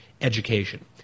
education